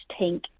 tank